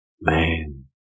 man